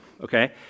okay